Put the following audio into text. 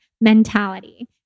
mentality